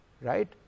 right